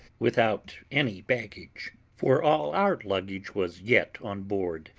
without any baggage, for all our luggage was yet on board.